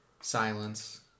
silence